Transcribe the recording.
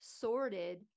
sorted